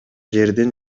жердин